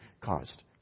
caused